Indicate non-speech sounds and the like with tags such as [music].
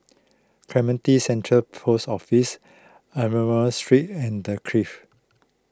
Clementi Central Post Office [unintelligible] Street and the Clift